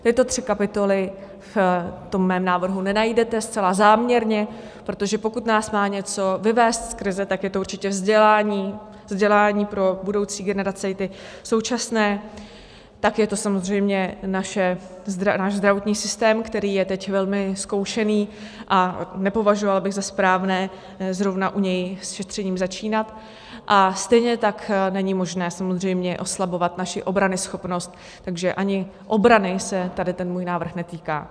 Tyto tři kapitoly v tom mém návrhu nenajdete zcela záměrně, protože pokud nás má něco vyvést z krize, tak je to určitě vzdělání, vzdělání pro budoucí generace i ty současné, tak je to samozřejmě náš zdravotní systém, který je teď velmi zkoušený, a nepovažovala bych za správné zrovna u něj s šetřením začínat, a stejně tak není možné samozřejmě oslabovat naši obranyschopnost, takže ani obrany se tady ten můj návrh netýká.